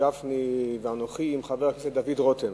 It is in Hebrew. גפני ואנוכי עם חבר הכנסת דוד רותם